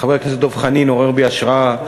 חבר הכנסת דב חנין עורר בי השראה,